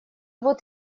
вот